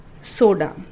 soda